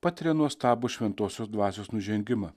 patiria nuostabų šventosios dvasios nužengimą